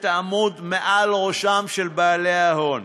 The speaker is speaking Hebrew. שתעמוד מעל ראשם של בעלי ההון.